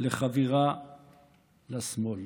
לחבירה לשמאל.